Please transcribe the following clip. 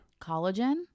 collagen